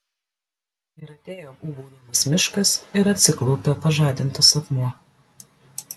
ir atėjo ūbaudamas miškas ir atsiklaupė pažadintas akmuo